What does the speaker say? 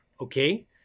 Okay